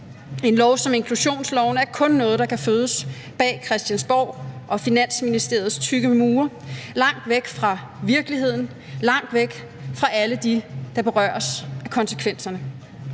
En lov som inklusionsloven er kun noget, der kan fødes bag Christiansborgs og Finansministeriets tykke mure, langt væk fra virkeligheden, langt væk fra alle dem, der berøres af konsekvenserne.